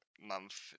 month